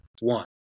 One